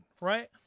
right